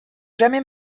jamais